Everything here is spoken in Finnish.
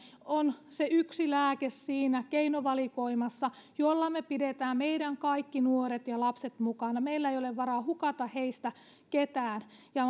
on yksi lääke siinä keinovalikoimassa jolla me pidämme meidän kaikki nuoret ja lapset mukana meillä ei ole varaa hukata heistä ketään ja